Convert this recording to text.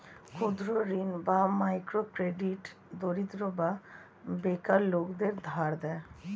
ক্ষুদ্র ঋণ বা মাইক্রো ক্রেডিট দরিদ্র বা বেকার লোকদের ধার দেয়